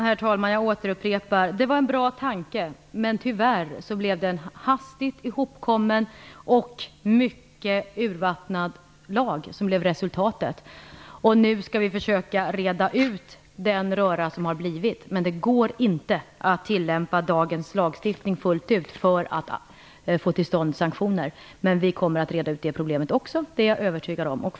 Herr talman! Jag upprepar: Det var en bra tanke, men tyvärr blev den hastigt ihopkommen och en mycket urvattnad lag blev resultatet. Nu skall vi försöka reda ut röran, men det går inte att tillämpa dagens lagstiftning fullt ut för att få till stånd sanktioner. Men jag är övertygad om att vi kommer att reda ut det problemet också.